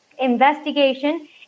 investigation